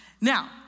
Now